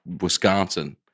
Wisconsin